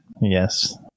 yes